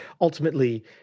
ultimately